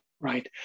Right